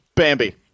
Bambi